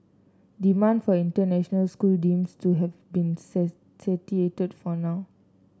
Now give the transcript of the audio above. demand for international schools seems to have been satiated for now